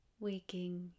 Waking